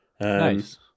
Nice